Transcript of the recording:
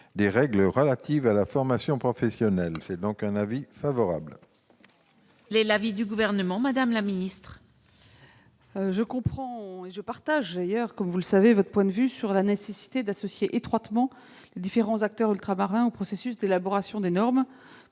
des règles relatives à la formation professionnelle. En conséquence, l'avis est favorable. Quel est l'avis du Gouvernement ? Je comprends et je partage, comme vous le savez, votre point de vue sur la nécessité d'associer étroitement les différents acteurs ultramarins au processus d'élaboration des normes